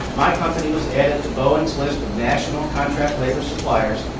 my company was added to boeing's list of national contract labor suppliers,